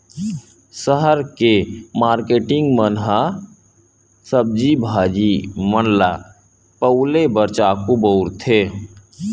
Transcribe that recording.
सहर के मारकेटिंग मन ह सब्जी भाजी मन ल पउले बर चाकू बउरथे